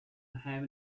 have